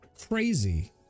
crazy